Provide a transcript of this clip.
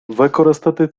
використати